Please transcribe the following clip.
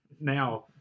now